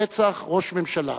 רצח ראש ממשלה